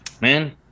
man